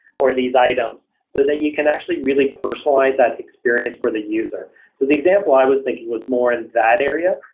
or these items, so that you can actually really personalize that experience for the user so the example i was thinking was more in that area.